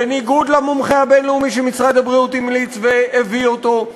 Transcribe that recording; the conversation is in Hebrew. בניגוד לדברי המומחה הבין-לאומי שמשרד הבריאות המליץ עליו והביא אותו,